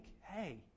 hey